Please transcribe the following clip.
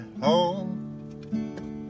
home